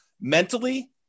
mentally